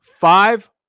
Five